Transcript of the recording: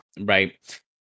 Right